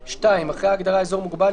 אירוח,"; (2)אחרי ההגדרה "אזור מוגבל"